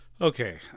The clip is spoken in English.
Okay